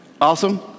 Awesome